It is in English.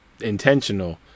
intentional